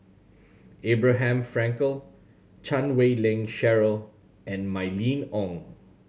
Abraham Frankel Chan Wei Ling Cheryl and Mylene Ong